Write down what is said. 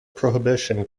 prohibition